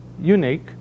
unique